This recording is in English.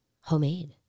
Homemade